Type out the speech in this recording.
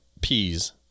peas